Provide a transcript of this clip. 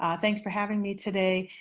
ah thanks for having me today.